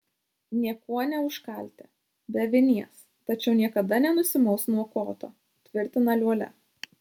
niekuo neužkalti be vinies tačiau niekada nenusimaus nuo koto tvirtina liuolia